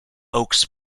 oaks